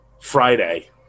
Friday